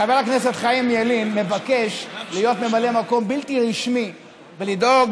חבר הכנסת חיים ילין מבקש להיות ממלא מקום בלתי רשמי ולדאוג